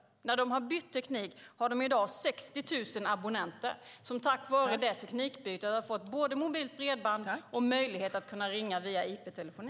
Efter att ha bytt teknik har de i dag 60 000 abonnenter, som tack vare teknikbytet fått både mobilt bredband och möjlighet att ringa via IP-telefoni.